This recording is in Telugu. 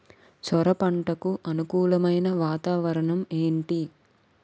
సొర పంటకు అనుకూలమైన వాతావరణం ఏంటి?